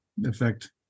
effect